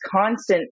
constant